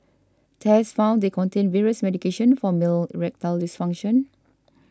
tests found they contained various medications for male erectile dysfunction